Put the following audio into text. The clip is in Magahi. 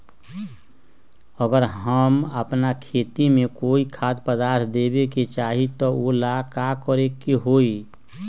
अगर हम अपना खेती में कोइ खाद्य पदार्थ देबे के चाही त वो ला का करे के होई?